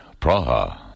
Praha. (